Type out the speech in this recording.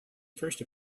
first